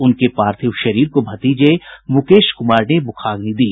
उनके पार्थिव शरीर को भतीजे मुकेश कुमार ने मुखाग्नि दी